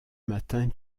matin